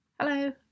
Hello